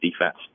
defense